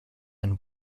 and